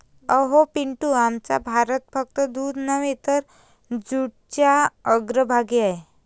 अहो पिंटू, आमचा भारत फक्त दूध नव्हे तर जूटच्या अग्रभागी आहे